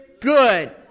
good